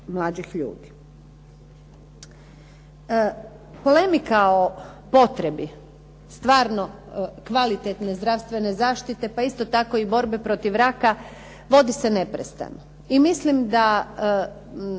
mlađih ljudi. Polemika o potrebi stvarno kvalitetne zdravstvene zaštite pa isto tako borbe protiv raka, vodi se neprestano.